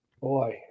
boy